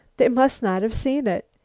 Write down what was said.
they must not have seen it.